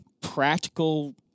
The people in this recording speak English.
practical